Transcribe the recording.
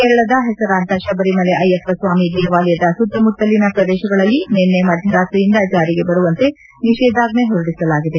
ಕೇರಳದಲ್ಲಿ ಹೆಸರಾಂತ ಶಬರಿ ಮಲೆ ಅಯ್ಲಪ್ಪ ಸ್ವಾಮಿ ದೇವಾಲಯದ ಸುತ್ತಮುತ್ತಲಿನ ಪ್ರದೇಶಗಳಲ್ಲಿ ನಿನ್ನೆ ಮಧ್ಯರಾತ್ರಿಯಿಂದ ಜಾರಿಗೆ ಬರುವಂತೆ ನಿಷೇದಾಜ್ಞೆ ಹೊರಡಿಸಲಾಗಿದೆ